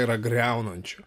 yra griaunančio